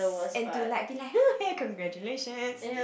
and to like be like hello congratulations